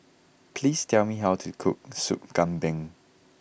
please tell me how to cook Sup Kambing